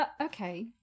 Okay